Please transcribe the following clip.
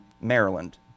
maryland